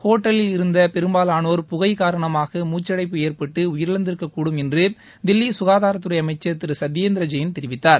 ஹோட்டலில் இருந்த பெரும்பாவானோர் புகை காரணமாக மூச்சடைப்பு ஏற்பட்டு உயிரிழந்திருக்கக் கூடும் என்று தில்லி குகாதாரத்துறை அமைச்சர் திரு சந்தியேந்திர ஜெயின் தெரிவித்தார்